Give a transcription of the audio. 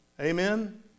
Amen